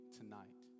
tonight